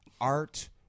art